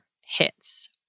hits